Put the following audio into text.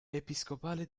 episcopale